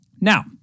Now